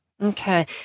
Okay